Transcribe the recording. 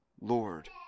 Lord